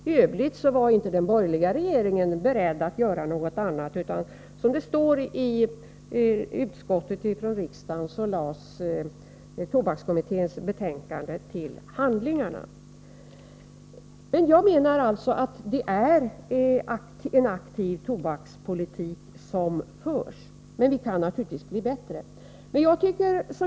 I övrigt var den borgerliga regeringen inte beredd att göra något, utan tobakskommitténs betänkande lades till handlingarna, som det står i utskottsbetänkandet. Jag menar alltså att det förs en aktiv tobakspolitik. Men vi kan naturligtvis bli bättre.